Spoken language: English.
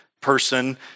person